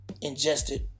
ingested